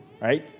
right